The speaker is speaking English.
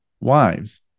wives